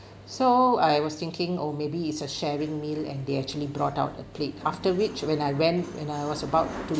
so I was thinking oh maybe it's a sharing meal and they actually brought out a plate after which when I went when I was about to